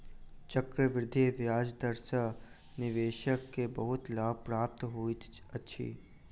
चक्रवृद्धि ब्याज दर सॅ निवेशक के बहुत लाभ प्राप्त होइत अछि